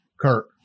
Kurt